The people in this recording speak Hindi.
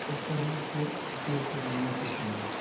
उपकरणों को उपयोग करना ही पसंद है